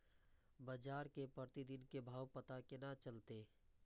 बजार के प्रतिदिन के भाव के पता केना चलते?